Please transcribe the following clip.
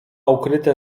ukryte